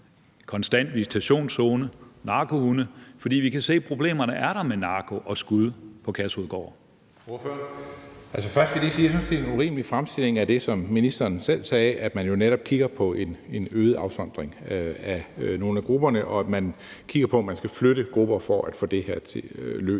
Tredje næstformand (Karsten Hønge): Ordføreren. Kl. 14:01 Mads Fuglede (V): Først vil jeg lige sige, at jeg synes, det er en urimelig fremstilling af det, som ministeren selv sagde, altså at man jo netop kigger på en øget afsondring af nogle af grupperne, og at man kigger på, om man skal flytte grupper for at få det her løst.